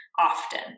often